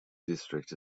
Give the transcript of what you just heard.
district